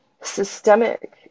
systemic